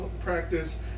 practice